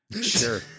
Sure